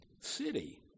city